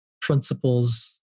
principles